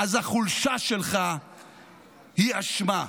אז החולשה שלך היא אשמה.